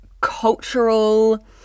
cultural